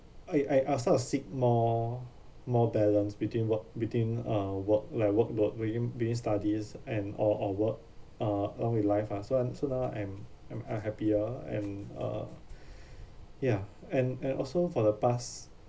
I I I start to seek more more balance between work between uh work like workload where you being studies and all our work uh early life ah so I'm so now I'm I'm I happier and uh ya and and also for the past